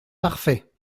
parfait